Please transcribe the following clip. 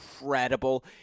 incredible